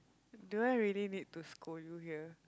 do I really need to scold you here